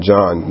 John